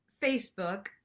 Facebook